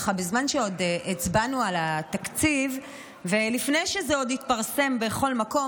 בזמן שעוד הצבענו על התקציב ולפני שזה עוד התפרסם בכל מקום,